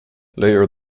later